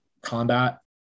combat